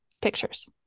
Pictures